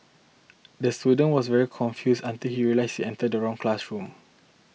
the student was very confuse until he realised he entered the wrong classroom